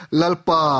lalpa